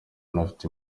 anafite